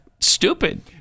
stupid